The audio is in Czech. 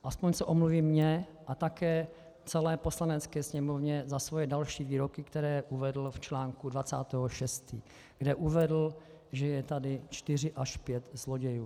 Aspoň se omluví mně a také celé Poslanecké sněmovně za svoje další výroky, které uvedl v článku 20. 6., kde uvedl, že je tady čtyři a pět zlodějů.